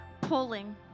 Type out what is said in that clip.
pulling